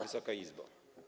Wysoka Izbo!